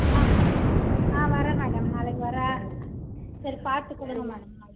ஆ ஆ வரேன் மேடம் நாளைக்கு வரேன் சரி பார்த்து கொடுங்க மேடம் நாளைக்கு